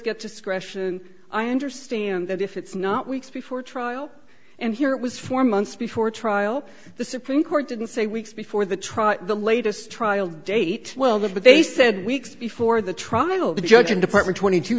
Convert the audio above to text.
get discretion i understand that if it's not weeks before trial and here it was four months before trial the supreme court didn't say weeks before the trial the latest trial date well that's what they said weeks before the trial the judge in department twenty two